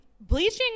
bleaching